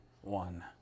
one